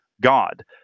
God